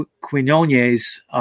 Quinones